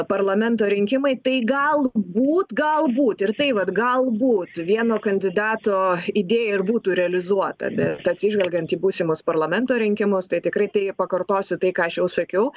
parlamento rinkimai tai gal būt gal būt ir tai vat gal būt vieno kandidato idėja ir būtų realizuota bet atsižvelgiant į būsimus parlamento rinkimus tai tikrai tai pakartosiu tai ką aš jau sakiau